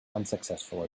unsuccessful